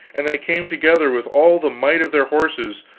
and they came together with all the might of their horses,